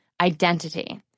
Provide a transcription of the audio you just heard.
Identity